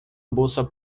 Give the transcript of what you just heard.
bolsa